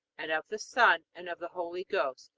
and of the son, and of the holy ghost.